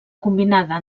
combinada